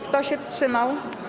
Kto się wstrzymał?